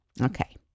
Okay